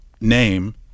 name